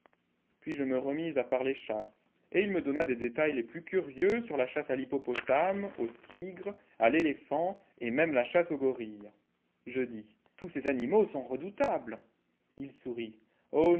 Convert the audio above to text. puis je me remis à parler chasse et il me donna des détails les plus curieux sur la chasse à l'hippopotame au tigre à l'éléphant et même la chasse au fjorille je dis tous ces animaux sont redoutables ii sourit